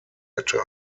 hätte